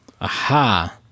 Aha